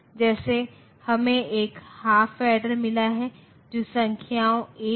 तो 2 का घात 6 64 है माइनस 64 से प्लस 63 है